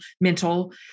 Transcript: mental